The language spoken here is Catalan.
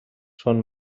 són